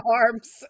arms